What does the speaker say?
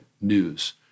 news